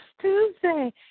Tuesday